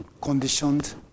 conditioned